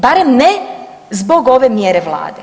Barem ne zbog ove mjere Vlade.